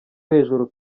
hejuru